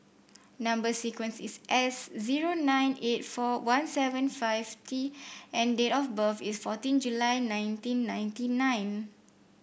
number sequence is S zero nine eight four one seven five T and date of birth is fourteen July nineteen ninety nine